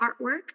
artwork